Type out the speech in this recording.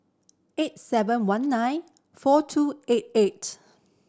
eight seven one nine four two eight eight